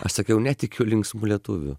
aš sakiau netikiu linksmu lietuviu